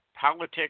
Politics